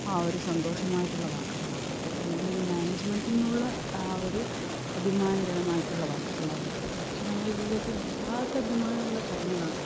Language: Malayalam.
ആ ഒരു സന്തോഷമായിട്ടുള്ള വാക്കുകളാകട്ടെ അല്ലെങ്കിൽ മാനേജ്മെൻ്റിൽ നിന്നുള്ള ആ ഒരു അഭിമാനകരമായിട്ടുള്ള വാക്കുകളാവട്ടെ ഇതൊക്കെ നമ്മുടെ ജീവിതത്തിൽ വല്ലാത്ത അഭിമാനമുള്ള കാര്യങ്ങളാണ്